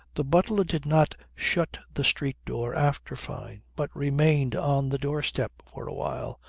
the butler did not shut the street door after fyne, but remained on the doorstep for a while,